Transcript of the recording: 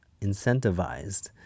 incentivized